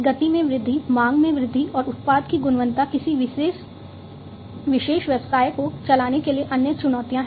गति में वृद्धि मांग में वृद्धि और उत्पाद की गुणवत्ता किसी विशेष व्यवसाय को चलाने के लिए अन्य चुनौतियां हैं